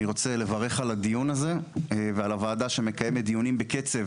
אני רוצה לברך על הדיון הזה ועל הוועדה שמקיימת דיונים בקצב